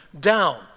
down